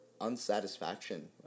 unsatisfaction